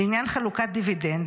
לעניין חלוקת דיבידנד,